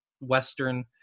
western